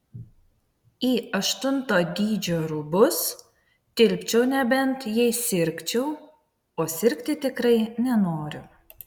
į aštunto dydžio rūbus tilpčiau nebent jei sirgčiau o sirgti tikrai nenoriu